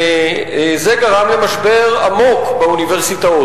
וזה גרם למשבר עמוק באוניברסיטאות,